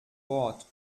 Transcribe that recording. bord